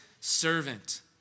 servant